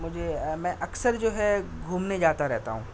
مجھے میں اکثر جو ہے گھومنے جاتا رہتا ہوں